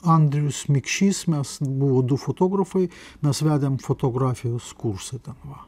andrius mikšys mes buvo du fotografai mes vedėm fotografijos kursą ten va